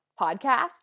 podcast